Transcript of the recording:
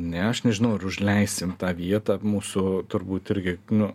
ne aš nežinau ar užleisim tą vietą mūsų turbūt irgi nu